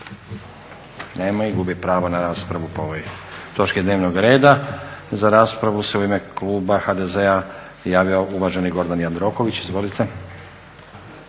Nema ih. Gube pravo na raspravu po ovoj točki dnevnog reda. Za raspravu se u ime kluba HDZ-a javio uvaženi Gordan Jandroković. Izvolite.